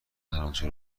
هرآنچه